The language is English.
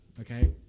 okay